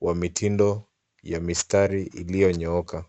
wa mitindo ya mstari iliyonyooka.